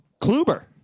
Kluber